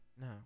No